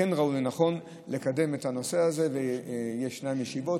הם כן ראו לנכון לקדם את הנושא ויש להם ישיבות.